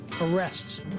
arrests